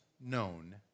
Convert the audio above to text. known